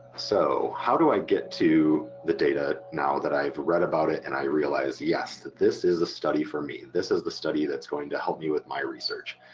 so how do i get to the data now that i've read about it and i realize, yes, this is a study for me, this is the study that's going to help me with my research.